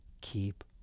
keep